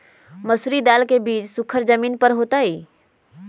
मसूरी दाल के बीज सुखर जमीन पर होतई?